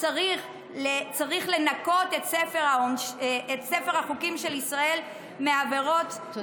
צריך לנקות את ספר החוקים של ישראל מעבירות מהסוג הזה.